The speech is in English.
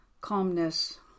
calmness